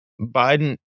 Biden